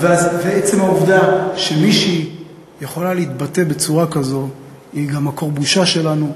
ועצם העובדה שמישהי יכולה להתבטא בצורה כזאת היא גם מקור בושה שלנו,